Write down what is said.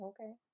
Okay